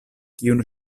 kiun